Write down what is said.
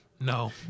No